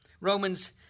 Romans